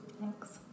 Thanks